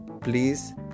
please